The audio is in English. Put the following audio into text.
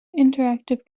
interactive